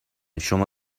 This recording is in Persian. شما